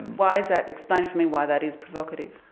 why is that? explain for me why that is provocative.